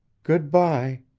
good-by.